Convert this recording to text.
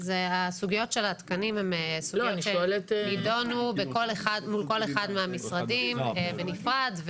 הסוגיות של התקנים הן סוגיות שיידונו מול כל אחד מהמשרדים בנפרד.